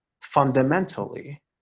fundamentally